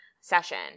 session